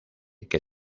que